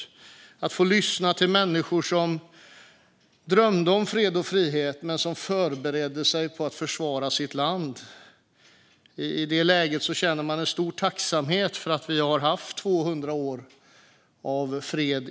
Där fick jag lyssna till människor som drömde om fred och frihet men som förberedde sig på att försvara sitt land. I det läget kände jag en stor tacksamhet för att Sverige har haft 200 år av fred.